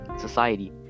society